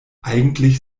eigentlich